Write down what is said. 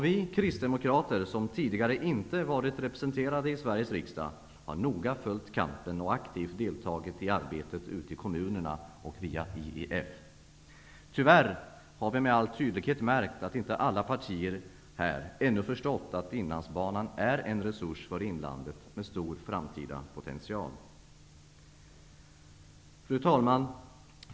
Vi kristdemokrater, som tidigare inte varit representerade i Sverigs riksdag, har noga följt kampen och aktivt deltagit i arbetet ute i kommunerna och via IEF. Tyvärr har vi med all tydlighet märkt att inte alla partier här ännu förstått att inlandsbanan är en resurs för inlandet, med stor framtida potential. Fru talman!